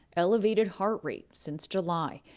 elevated heart rate, since july.